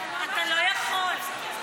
אתה לא יכול לעשות את ההשוואה הזאת.